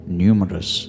numerous